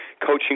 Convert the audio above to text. coaching